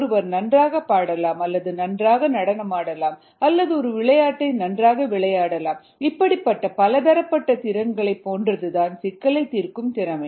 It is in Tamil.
ஒருவர் நன்றாகப் பாடலாம் அல்லது நன்றாக நடனமாடலாம் அல்லது ஒரு விளையாட்டை நன்றாக விளையாடலாம் இப்படிப்பட்ட பலதரப்பட்ட திறன்களைப் போன்றதுதான் சிக்கலைத் தீர்க்கும் திறமை